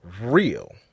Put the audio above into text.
real